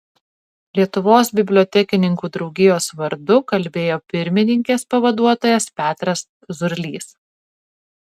lietuvos bibliotekininkų draugijos vardu kalbėjo pirmininkės pavaduotojas petras zurlys